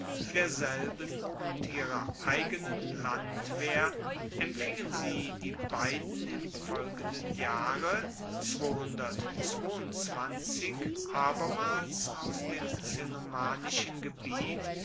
derselben und ihrer eigenen landwehr empfingen sie die beiden im folgenden jahre abermals aus dem cenomanischen gebiet